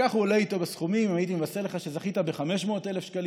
וכך הוא עולה איתו בסכומים: אם הייתי מבשר לך שזכית ב-500,000 שקלים,